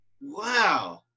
wow